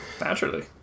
Naturally